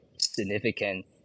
significant